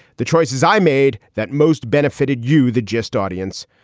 the choices i made that most benefited you. the gist audience.